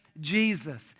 Jesus